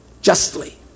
justly